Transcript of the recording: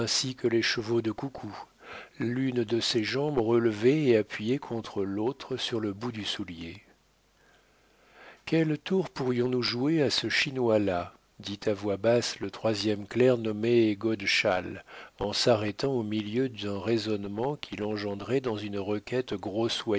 que les chevaux de coucou l'une de ses jambes relevée et appuyée contre l'autre sur le bout du soulier quel tour pourrions-nous jouer à ce chinois-là dit à voix basse le troisième clerc nommé godeschal en s'arrêtant au milieu d'un raisonnement qu'il engendrait dans une requête grossoyée